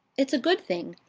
it's a good thing.